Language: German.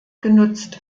genutzt